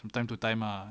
from time to time ah